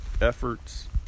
efforts